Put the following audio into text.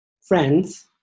friends